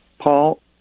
paul